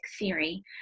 theory